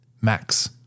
Max